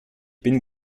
bin